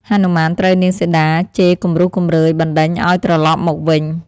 ហនុមានត្រូវនាងសីតាជេរគំរោះគំរើយបណ្តេញឱ្យត្រឡប់មកវិញ។